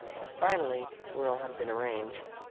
and finally, when all had been arranged,